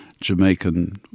Jamaican